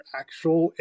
actual